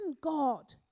god